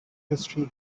history